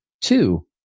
Two